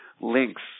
links